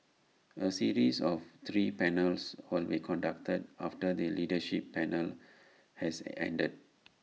A series of three panels will be conducted after the leadership panel has ended